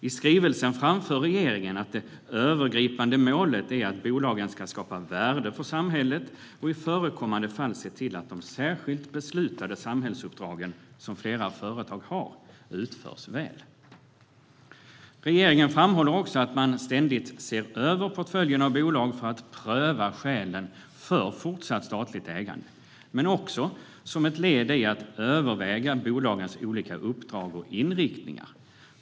I skrivelsen framför regeringen att det övergripande målet är att bolagen ska skapa värde för samhället och i förekommande fall se till att de särskilt beslutade samhällsuppdragen, som flera företag har, utförs väl. Regeringen framhåller också att man ständigt ser över portföljen av bolag för att pröva skälen för fortsatt statligt ägande men också som ett led i att överväga bolagens olika uppdrag och inriktningar.